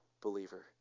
believer